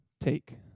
take